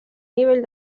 nivell